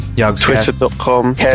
twitter.com